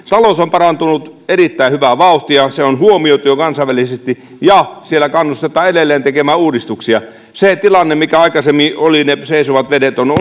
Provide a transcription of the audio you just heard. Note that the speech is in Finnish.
talous on parantunut erittäin hyvää vauhtia se on huomioitu jo kansainvälisesti ja siellä kannustetaan edelleen tekemään uudistuksia se tilanne mikä aikaisemmin oli ne seisovat vedet on